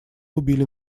убили